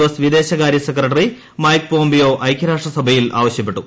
S വിദേശകാര്യ secretary Mike Pompeo ഐക്യരാഷ്ട്രസഭയിൽ ആവശ്യപ്പെട്ടു